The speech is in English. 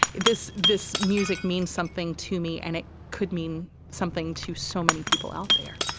this this music means something to me and it could mean something to so many people out there.